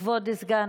הרשתות.